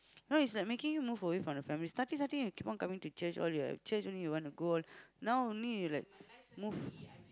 no it's like making him move away from the family starting starting he keep on coming to change all your change only you want to go now only he like move